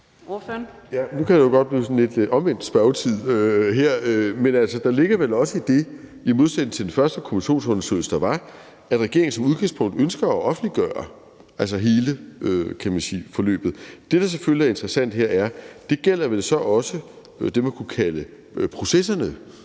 Nu kan det her jo godt blive sådan en lidt omvendt spørgetid, men der ligger vel her i modsætning til den første kommissionsundersøgelse, der var, også det, at regeringen som udgangspunkt ønsker at offentliggøre hele forløbet. Det, der selvfølgelig er interessant her, er, at det vel så også gælder det, man kunne kalde processerne